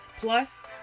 Plus